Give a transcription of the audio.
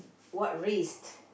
what risk